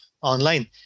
online